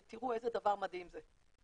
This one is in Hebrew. אז תראו איזה דבר מדהים זה.